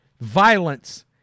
violence